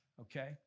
okay